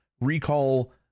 recall